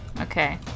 Okay